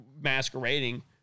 masquerading